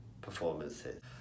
performances